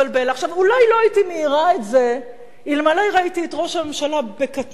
אולי לא הייתי מעירה את זה אלמלא ראיתי את ראש הממשלה בקטנותו,